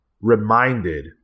reminded